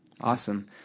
awesome